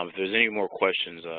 um there's any more questions,